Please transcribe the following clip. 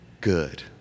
good